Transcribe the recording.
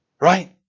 Right